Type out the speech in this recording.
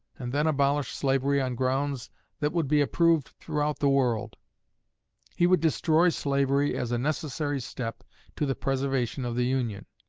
and then abolish slavery on grounds that would be approved throughout the world he would destroy slavery as a necessary step to the preservation of the union.